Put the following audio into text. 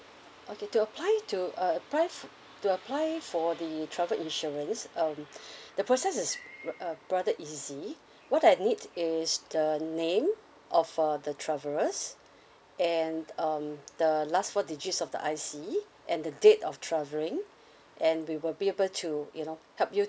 okay to apply to uh apply to apply for the travel insurance um the process is uh rather easy what I need is the name of for the travellers and um the last four digits of the I_C and the date of travelling and we will be able to you know help you